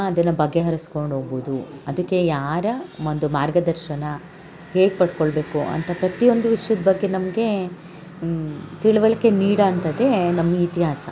ಅದನ್ನು ಬಗೆಹರ್ಸ್ಕೊಂಡು ಹೋಗ್ಬೋದು ಅದಕ್ಕೆ ಯಾರ ಒಂದು ಮಾರ್ಗದರ್ಶನ ಹೇಗೆ ಪಡ್ಕೊಳ್ಳಬೇಕು ಅಂತ ಪ್ರತಿಯೊಂದು ವಿಷ್ಯದ ಬಗ್ಗೆ ನಮಗೆ ತಿಳಿವಳಿಕೆ ನೀಡೊ ಅಂಥದ್ದೇ ನಮ್ಮ ಇತಿಹಾಸ